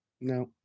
No